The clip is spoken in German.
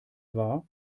wahr